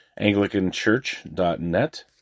anglicanchurch.net